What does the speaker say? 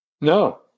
No